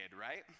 right